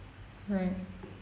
right